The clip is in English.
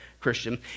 Christian